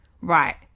Right